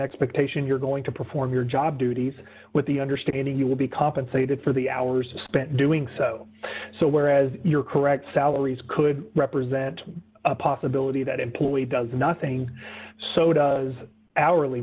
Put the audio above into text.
expectation you're going to perform your job duties with the understanding you will be compensated for the hours spent doing so so whereas you're correct salaries could represent a possibility that employee does